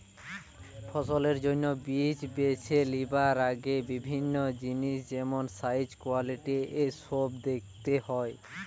ফসলের জন্যে বীজ বেছে লিবার আগে বিভিন্ন জিনিস যেমন সাইজ, কোয়ালিটি এসোব দেখতে হয়